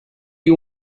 you